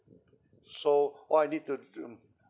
so all I need to to mm